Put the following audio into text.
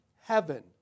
heaven